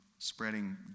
Spreading